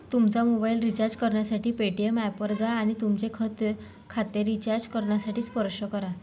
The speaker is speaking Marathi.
तुमचा मोबाइल रिचार्ज करण्यासाठी पेटीएम ऐपवर जा आणि तुमचे खाते रिचार्ज करण्यासाठी स्पर्श करा